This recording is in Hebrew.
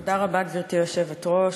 תודה רבה, גברתי היושבת-ראש,